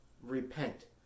Repent